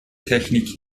technik